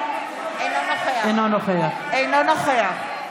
אינו נוכח בושה.